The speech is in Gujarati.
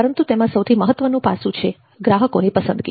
પરંતુ તેમાં સૌથી મહત્વનું પાસું છે ગ્રાહકોની પસંદગી